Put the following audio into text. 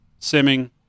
simming